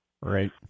Right